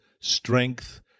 strength